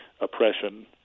oppression